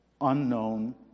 unknown